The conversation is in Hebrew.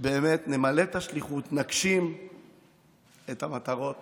שבאמת נמלא את השליחות, נגשים את המטרות